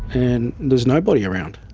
and there's nobody around,